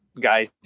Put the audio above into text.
guys